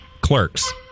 Clerks